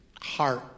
heart